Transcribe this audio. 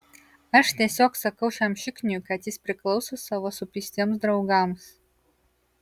aš tiesiog sakau šiam šikniui kad jis priklauso savo supistiems draugams